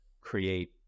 create